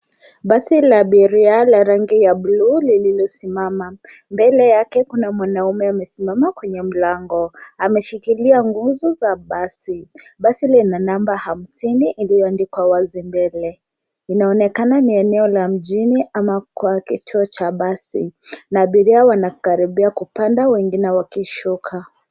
Basi la abiria la rangi ya bluu lililosimama. Mbele yake kuna mwanaume amesimama kwenye mlango. Ameshikilia nguzo za basi. Basi lina namba hamsini iliyoandikwa wazi mbele. Inaonekana ni eneo la mjini ama kwa kituo cha basi, na abiria wanakaribia kupanda wengine wakishuka.